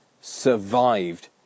survived